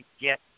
get